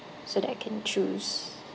so that I can choose